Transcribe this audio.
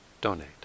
donate